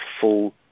full